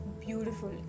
beautiful